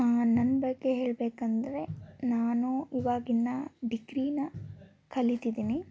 ನನ್ನ ಬಗ್ಗೆ ಹೇಳಬೇಕಂದ್ರೆ ನಾನು ಇವಾಗಿನ್ನೂ ಡಿಗ್ರಿನ ಕಲೀತಿದ್ದೀನಿ